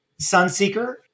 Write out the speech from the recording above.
Sunseeker